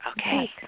Okay